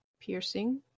piercing